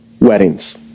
weddings